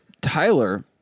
Tyler